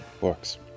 Works. (